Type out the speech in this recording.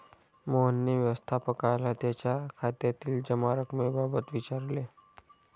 मोहनने व्यवस्थापकाला त्याच्या खात्यातील जमा रक्कमेबाबत विचारले